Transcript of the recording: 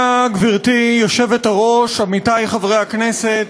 גברתי היושבת-ראש, תודה, עמיתי חברי הכנסת,